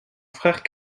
frère